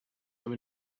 have